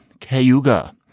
Cayuga